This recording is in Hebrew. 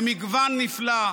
במגוון נפלא,